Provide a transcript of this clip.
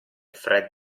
fred